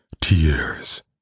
tears